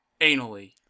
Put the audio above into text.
Anally